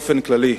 באופן כללי,